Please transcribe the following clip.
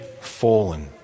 fallen